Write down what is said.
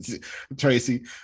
Tracy